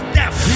death